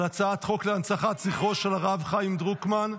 הצעת חוק להנצחת זכרו של הרב חיים דרוקמן,